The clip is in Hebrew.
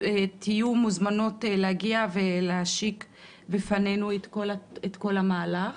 תהיו מוזמנות להגיע ולהציג בפנינו את כל המהלך.